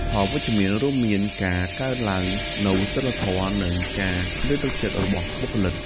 ផលវិជ្ជមាន រួមមានការកើនឡើងនូវសីលធម៌ និងការលើកទឹកចិត្តរបស់បុគ្គលិក។